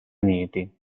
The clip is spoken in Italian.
uniti